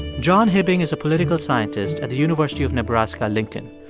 john hibbing is a political scientist at the university of nebraska-lincoln.